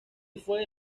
fue